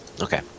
Okay